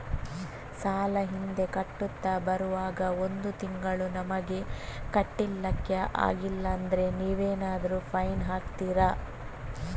ಸಾಲ ಹಿಂದೆ ಕಟ್ಟುತ್ತಾ ಬರುವಾಗ ಒಂದು ತಿಂಗಳು ನಮಗೆ ಕಟ್ಲಿಕ್ಕೆ ಅಗ್ಲಿಲ್ಲಾದ್ರೆ ನೀವೇನಾದರೂ ಫೈನ್ ಹಾಕ್ತೀರಾ?